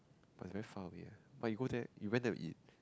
but it's very far away eh but you go there you went there to eat